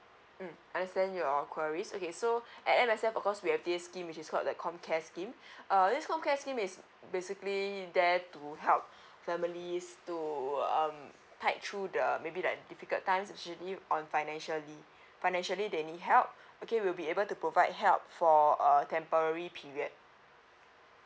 mm understand your queries okay so at M_S_F of course we have this scheme which is called the com care scheme err this com care is basically there to help families to um tight through the maybe the difficult times actually on financially financially they need help okay we'll be able to provide help for a temporary period